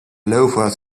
loafers